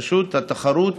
פשוט, התחרות